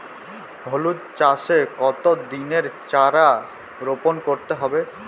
হলুদ চাষে কত দিনের চারা রোপন করতে হবে?